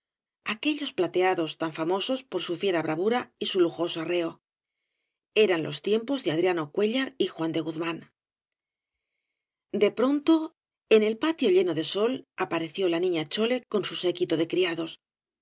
aquellos plateados tan famosos por su fiera bravura y su lujoso arreo eran los tiempos de adriano cuéllar y juan de guzmán de pronto en el patio lleno de sol apareció la niña chole con su séquito de criados